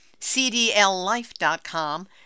CDLlife.com